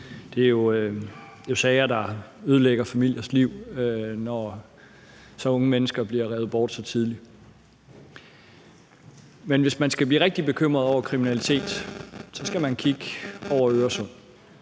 Det er jo sager, der ødelægger familiers liv, når så unge mennesker bliver revet bort så tidligt. Men hvis man skal blive rigtig bekymret over kriminalitet, skal man kigge hen over Øresund.